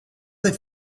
the